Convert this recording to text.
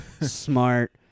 smart